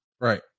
Right